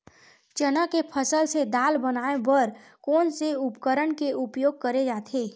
चना के फसल से दाल बनाये बर कोन से उपकरण के उपयोग करे जाथे?